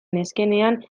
neskenean